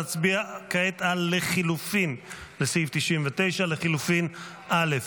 נצביע כעת על לחלופין לסעיף 99. לחלופין א',